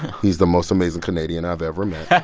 he's the most amazing canadian i've ever met